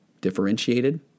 differentiated